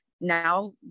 now